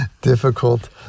difficult